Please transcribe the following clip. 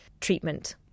treatment